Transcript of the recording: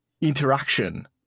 interaction